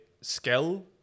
skill